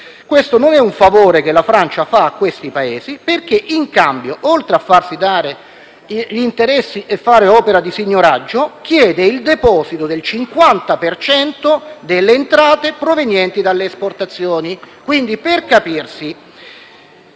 Questo non è un favore che la Francia fa a questi Paesi perché, in cambio, oltre a farsi dare gli interessi e fare opera di signoraggio, chiede il deposito del 50 per cento delle entrate provenienti dalle esportazioni. Quindi, per capirsi: